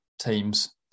teams